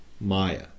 Maya